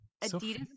Adidas